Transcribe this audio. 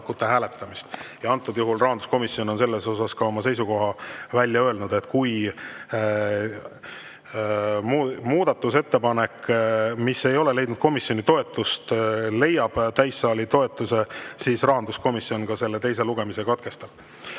Antud juhul rahanduskomisjon on selles osas oma seisukoha välja öelnud, et kui muudatusettepanek, mis ei ole leidnud komisjoni toetust, leiab täissaali toetuse, siis rahanduskomisjon teise lugemise katkestab.